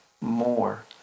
more